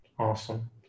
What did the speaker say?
Awesome